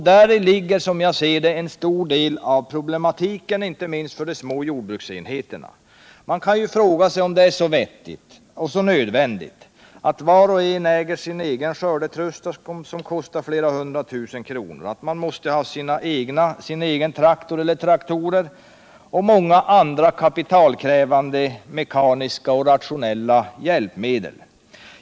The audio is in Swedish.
Däri ligger naturligtvis en del av problematiken inte minst för de små jordbruksenheterna. Man kan ju fråga sig om det är så vettigt och så nödvändigt att var och en äger sin skördetröska som kostar flera hundra tusen kronor, om var och en måste ha sin traktor och många andra kapitalkrävande mekaniska och rationella hjälpmedel.